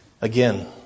Again